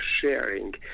sharing